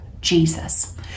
Jesus